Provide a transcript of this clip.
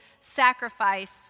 sacrifice